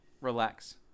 Relax